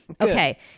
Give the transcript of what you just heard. Okay